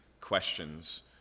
questions